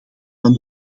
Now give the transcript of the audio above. van